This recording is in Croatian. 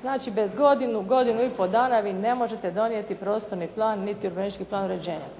Znači bez godinu, godinu i pol dana vi ne možete donijeti prostorni niti urbanistički plan uređenja.